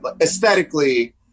aesthetically